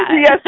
Yes